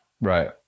right